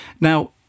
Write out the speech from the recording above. Now